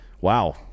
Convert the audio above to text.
Wow